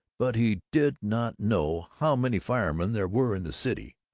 but he did not know how many firemen there were in the city,